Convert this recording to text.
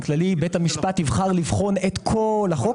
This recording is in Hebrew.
כללי בית המשפט יבחר לבחון את כל החוק,